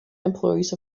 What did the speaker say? employees